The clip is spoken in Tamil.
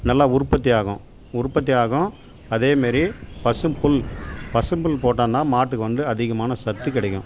நல்லா உற்பத்தி ஆகும் உற்பத்தி ஆகும் அதே மாரி பசும்புல் பசும்புல் போட்டோன்னா மாட்டுக்கு வந்து அதிகமான சத்து கிடைக்கும்